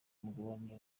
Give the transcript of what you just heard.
umugabane